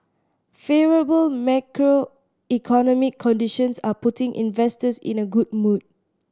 favourable macroeconomic conditions are putting investors in a good mood